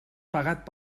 pagat